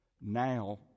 now